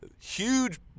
huge